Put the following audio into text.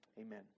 Amen